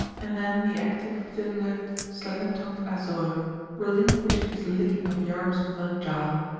and then the active, thin-legged, slender-tongued azor relinquished his licking of yarb's blunt jowl,